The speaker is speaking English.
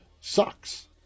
sucks